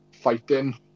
fighting